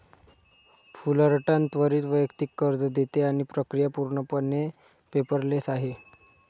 Fullerton त्वरित वैयक्तिक कर्ज देते आणि प्रक्रिया पूर्णपणे पेपरलेस आहे